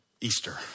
Easter